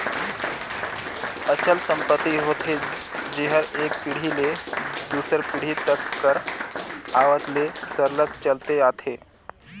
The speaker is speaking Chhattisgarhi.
अचल संपत्ति होथे जेहर एक पीढ़ी ले दूसर पीढ़ी तक कर आवत ले सरलग चलते आथे